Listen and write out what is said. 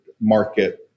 market